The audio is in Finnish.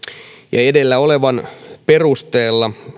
edellä olevan perusteella